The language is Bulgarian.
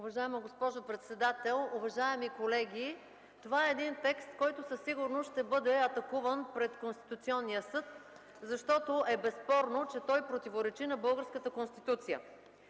Уважаема госпожо председател, уважаеми колеги! Това е един текст, който със сигурност ще бъде атакуван пред Конституционния съд, защото е безспорно, че той противоречи на българската Конституция.